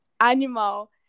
animal